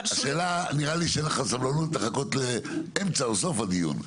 השאלה נראה לי שאין לך סבלנו לחכות לאמצע או סוף הדיון,